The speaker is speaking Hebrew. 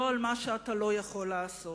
לא למה שאתה לא יכול לעשות.